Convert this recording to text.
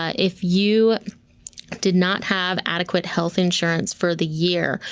ah if you did not have adequate health insurance for the year,